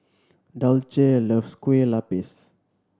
Dulce loves Kueh Lapis